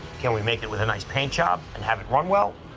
can we make it with a nice paint job and have it run well?